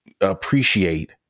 appreciate